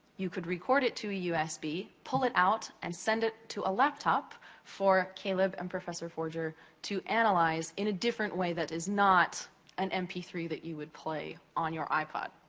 you could record it to a usb, pull it out, and send it to a laptop for caleb and professor forger to analyze in a different way that is not an m p three that you would play on you ipod.